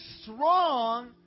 strong